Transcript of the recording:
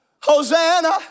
Hosanna